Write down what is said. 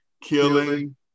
killing